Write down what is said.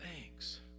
thanks